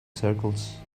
circles